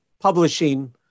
publishing